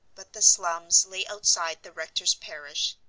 but the slums lay outside the rector's parish.